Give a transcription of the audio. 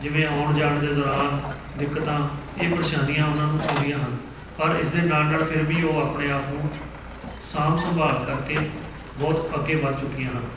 ਜਿਵੇਂ ਆਉਣ ਜਾਣ ਦੇ ਦੌਰਾਨ ਦਿੱਕਤਾਂ ਇਹ ਪਰੇਸ਼ਾਨੀਆਂ ਉਹਨਾਂ ਨੂੰ ਆਉਂਦੀਆਂ ਹਨ ਪਰ ਇਸ ਦੇ ਨਾਲ ਨਾਲ ਫਿਰ ਵੀ ਉਹ ਆਪਣੇ ਆਪ ਨੂੰ ਸਾਂਭ ਸੰਭਾਲ ਕਰਕੇ ਬਹੁਤ ਅੱਗੇ ਵੱਧ ਚੁੱਕੀਆਂ ਹਨ